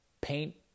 paint